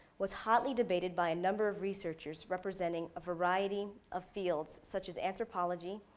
was hotly debated by a number of researchers representing a variety of fields such as anthropology,